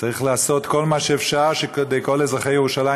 צריך לעשות כל מה שאפשר כדי שכל אזרחי ירושלים